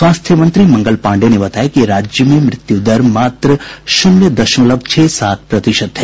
स्वास्थ्य मंत्री मंगल पांडेय ने बताया कि राज्य में मृत्यु दर मात्र शून्य दशमलव छह सात प्रतिशत है